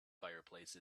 fireplace